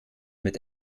mit